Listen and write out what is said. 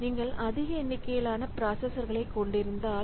நீங்கள் அதிக எண்ணிக்கையிலான பிராசஸர்களைக் கொண்டிருந்தால்